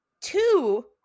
two